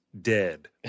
dead